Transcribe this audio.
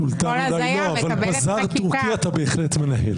סולטן אולי לא, אבל בזאר טורקי אתה בהחלט מנהל.